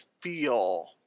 feel